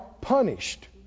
punished